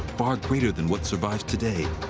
far greater than what survives today.